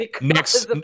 next